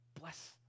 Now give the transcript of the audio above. bless